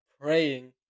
praying